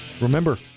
Remember